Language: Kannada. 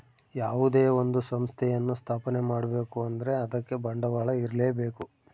ಯಾವುದೇ ಒಂದು ಸಂಸ್ಥೆಯನ್ನು ಸ್ಥಾಪನೆ ಮಾಡ್ಬೇಕು ಅಂದ್ರೆ ಅದಕ್ಕೆ ಬಂಡವಾಳ ಇರ್ಲೇಬೇಕು